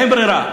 אין ברירה.